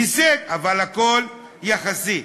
הישג, אבל הכול יחסי.